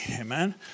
Amen